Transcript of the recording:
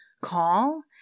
call